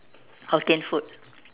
Hokkien food